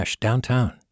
Downtown